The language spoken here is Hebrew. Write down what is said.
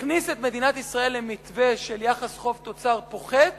הכניס את מדינת ישראל למתווה של יחס חוב-תוצר פוחת